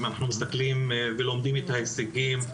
אם אנחנו לומדים את ההישגים,